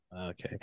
Okay